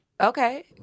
Okay